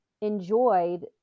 enjoyed